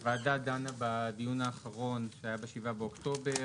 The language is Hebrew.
הוועדה דנה בדיון האחרון שהיה ב-7 באוקטובר,